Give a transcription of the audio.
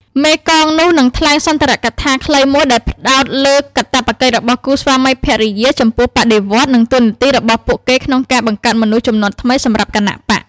មេកងនោះនឹងថ្លែងសុន្ទរកថាខ្លីមួយដែលផ្តោតលើកាតព្វកិច្ចរបស់គូស្វាមីភរិយាចំពោះបដិវត្តន៍និងតួនាទីរបស់ពួកគេក្នុងការបង្កើតមនុស្សជំនាន់ថ្មីសម្រាប់គណបក្ស។